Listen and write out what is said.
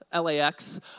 LAX